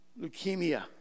leukemia